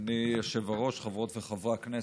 אדוני היושב-ראש, חברות וחברי הכנסת,